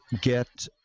get